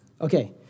Okay